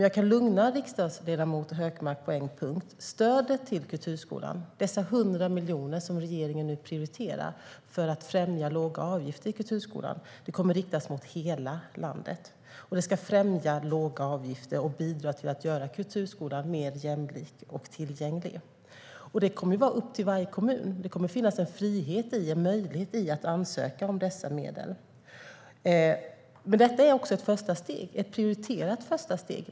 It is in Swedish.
Jag kan lugna riksdagsledamoten på en punkt: Stödet till kulturskolan, dessa 100 miljoner som regeringen nu prioriterar för att främja låga avgifter i kulturskolan, kommer att riktas mot hela landet. Det ska främja låga avgifter och bidra till att göra kulturskolan mer jämlik och tillgänglig. Det kommer att vara upp till varje kommun - det kommer att finnas en frihet, en möjlighet, i att ansöka om dessa medel. Men detta är ett första steg, ett prioriterat första steg.